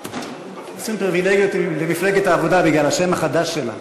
עושים פריבילגיות למפלגת העבודה בגלל השם החדש שלה.